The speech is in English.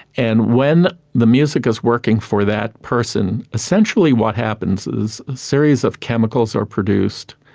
and when the music is working for that person, essentially what happens is a series of chemicals are produced,